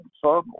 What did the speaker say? circle